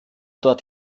dort